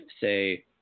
say